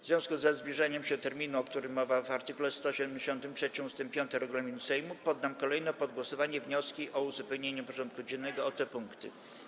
W związku ze zbliżaniem się terminu, o którym mowa w art. 173 ust. 5 regulaminu Sejmu, poddam kolejno pod głosowanie wnioski o uzupełnienie porządku dziennego o te punkty.